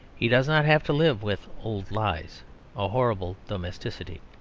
he does not have to live with old lies a horrible domesticity.